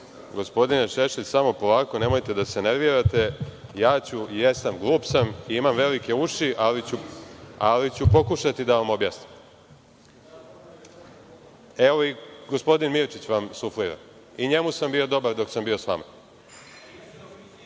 Gospodine Šešelj, samo polako, nemojte da se nervirate. Ja sam glup, imam velike uši, ali ću pokušati da vam objasnim. Evo, i gospodin Mirčić vam suflira. I njemu sam bio dobar dok sam bio sa